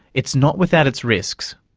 it's not without its risks.